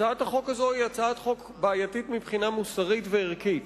הצעת החוק הזאת היא הצעת חוק בעייתית מבחינה מוסרית וערכית.